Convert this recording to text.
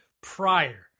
prior